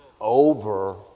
over